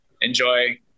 enjoy